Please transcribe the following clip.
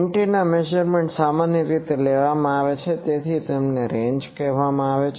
antenna measurement સામાન્ય રીતે લેવામાં આવે છે તેથી તેમને રેંજ કહેવામાં આવે છે